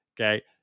Okay